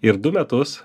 ir du metus